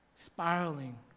Spiraling